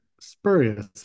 spurious